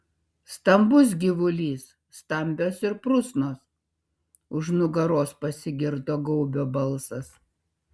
stambus gyvulys stambios ir prusnos už nugaros pasigirdo gaubio balsas